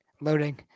loading